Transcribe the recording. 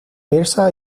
persa